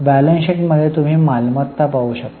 balance sheet मध्ये तुम्ही मालमत्ता पाहू शकता